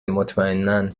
مطمئنا